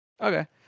Okay